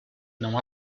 não